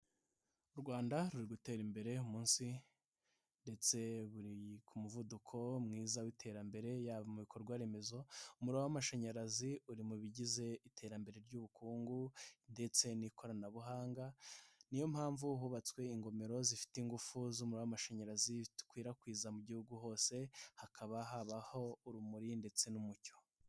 U Rwanda ruri gutera imbere buri munsi, ndetse ruri ku muvuduko mwiza w'iterambere, yaba mu bikorwaremezo, umuriro w'amashanyarazi, uri mu bigize iterambere ry'ubukungu, ndetse n'ikoranabuhanga, niyo mpamvu hubatswe ingomero zifite ingufu z'umuririo w'amashanyarazi, zikwirakwiza mu gihugu hose, hakaba habaho urumuri ndetse n'umucyo.